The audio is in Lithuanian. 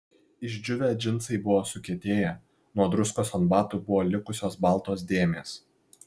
išdžiūvę džinsai buvo sukietėję nuo druskos ant batų buvo likusios baltos dėmės